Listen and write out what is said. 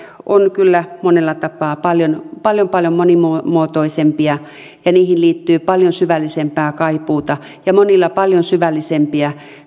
ovat kyllä monella tapaa paljon paljon paljon monimuotoisempia ja niihin liittyy paljon syvällisempää kaipuuta ja monilla paljon syvällisempiä